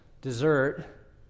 dessert